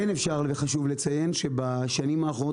כן אפשר וחשוב לציין שבשנים האחרונות